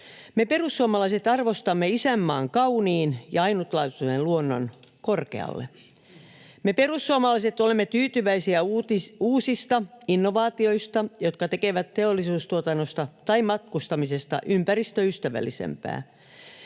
Me perussuomalaiset arvostamme isänmaan kauniin ja ainutlaatuisen luonnon korkealle. Me perussuomalaiset olemme tyytyväisiä uusiin innovaatioihin, jotka tekevät teollisuustuotannosta tai matkustamisesta ympäristöystävällisempää.